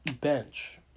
bench